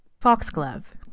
Foxglove